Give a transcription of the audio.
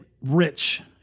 rich